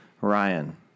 Ryan